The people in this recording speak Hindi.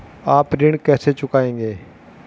आप ऋण कैसे चुकाएंगे?